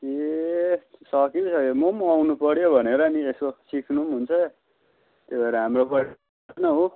ए सकी पो सक्यो म पनि आउनु पऱ्यो भनेर नि यसो सिख्नु पनि हुन्छ त्यही भएर हाम्रो पढ आफ्नो हो